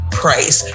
price